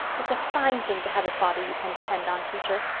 it's a fine thing to have a father you can depend on, teacher.